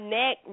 neck